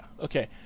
okay